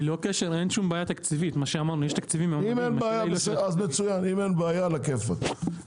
אין בעיה תקציבית- -- אם אין בעיה, נהדר.